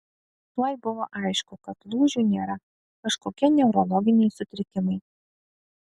tuoj buvo aišku kad lūžių nėra kažkokie neurologiniai sutrikimai